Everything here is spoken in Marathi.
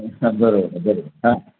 हां बरोबर बरोबर हां